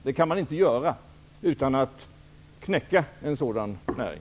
Det kan man inte göra utan att knäcka den.